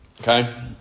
Okay